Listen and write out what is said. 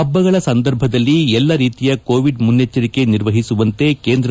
ಹಬ್ಬಗಳ ಸಂದರ್ಭದಲ್ಲಿ ಎಲ್ಲಾ ರೀತಿಯ ಕೋವಿಡ್ ಮುನ್ನೆಚ್ಚರಿಕೆ ನಿರ್ವಹಿಸುವಂತೆ ಕೇಂದ್ರ